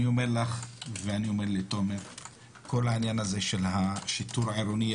אני אומר לך ולתומר כל העניין הזה של השיטור העירוני,